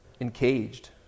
encaged